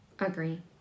Agree